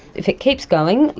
if it keeps going,